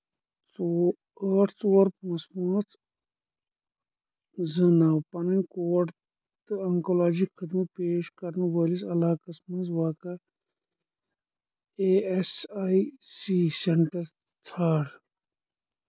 ژو ٲٹھ ژور پانٛژھ پانٛژھ زٕ نو پِننۍ کوڈ تہٕ آنٛکالجی خدمت پیش کرنہٕ وٲلِس علاقس مَنٛز واقع A S I C centre ژھار